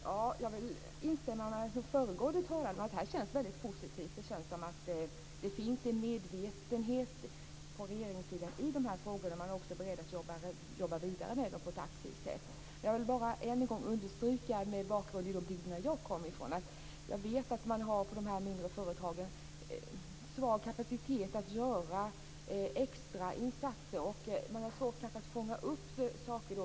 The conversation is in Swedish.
Fru talman och statsrådet! Jag instämmer med föregående talare. Det här känns väldigt positivt. Det känns som att det finns en medvetenhet på regeringssidan i de här frågorna och att man är beredd att jobba vidare med det här på ett aktivt sätt. Jag vill bara, utifrån min bakgrund och de bygder som jag kommer från, än en gång understryka att jag vet att man på de mindre företagen har en svag kapacitet när det gäller att göra extra insatser. Det är då kanske svårt att fånga upp saker.